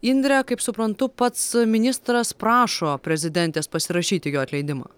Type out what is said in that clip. indre kaip suprantu pats ministras prašo prezidentės pasirašyti jo atleidimą